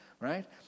right